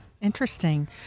Interesting